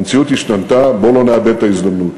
המציאות השתנתה, בואו לא נאבד את ההזדמנות.